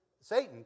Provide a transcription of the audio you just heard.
Satan